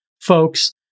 folks